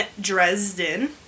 Dresden